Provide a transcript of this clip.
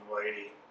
lady